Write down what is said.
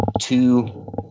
two